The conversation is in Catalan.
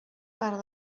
part